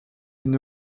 une